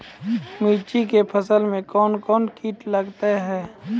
मिर्ची के फसल मे कौन कौन कीट लगते हैं?